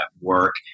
work